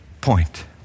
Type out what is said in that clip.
point